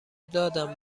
دادم